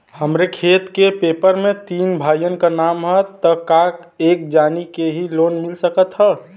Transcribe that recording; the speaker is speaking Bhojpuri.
हमरे खेत के पेपर मे तीन भाइयन क नाम ह त का एक जानी के ही लोन मिल सकत ह?